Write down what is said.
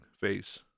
face